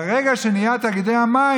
ברגע שנהיו תאגידי המים,